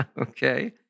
Okay